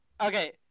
Okay